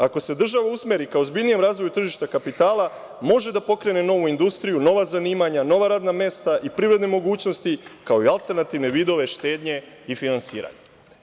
Ako se država usmeri ka ozbiljnijem razvoju tržišta kapitala može da pokrene novu industriju, nova zanimanja, nova radna mesta i privredne mogućnosti kao i alternativne vidove štednje i finansiranja.